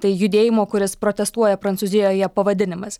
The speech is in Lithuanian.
tai judėjimo kuris protestuoja prancūzijoje pavadinimas